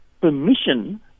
permission